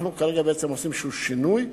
אנחנו כרגע בעצם עושים איזשהו שינוי,